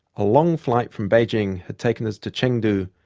a long flight from beijing had taken us to chengdu,